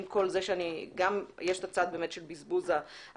עם כל זה שגם יש את הצד באמת של בזבוז השטח,